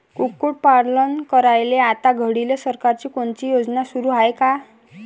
कुक्कुटपालन करायले आता घडीले सरकारची कोनची योजना सुरू हाये का?